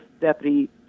deputy